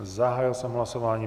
Zahájil jsem hlasování.